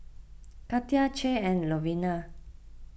Katia Che and Louvenia